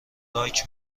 لاک